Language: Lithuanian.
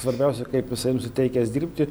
svarbiausia kaip jisai nusiteikęs dirbti